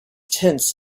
tense